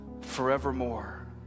forevermore